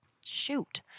Shoot